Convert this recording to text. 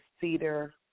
cedar